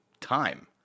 time